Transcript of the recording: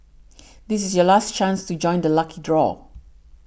this is your last chance to join the lucky draw